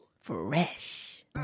Fresh